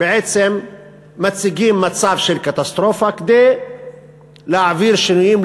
בעצם מציגים מצב של קטסטרופה כדי להעביר שינויים,